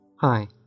Hi